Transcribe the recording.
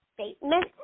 statement